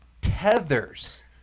tethers